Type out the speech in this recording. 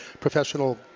professional